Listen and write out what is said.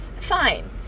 fine